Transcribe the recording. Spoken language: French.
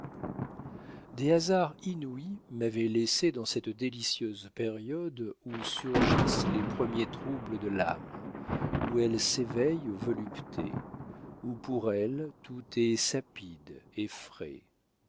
des hasards inouïs m'avaient laissé dans cette délicieuse période où surgissent les premiers troubles de l'âme où elle s'éveille aux voluptés où pour elle tout est sapide et frais